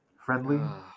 friendly